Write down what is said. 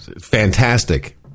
fantastic